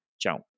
Ciao